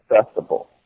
accessible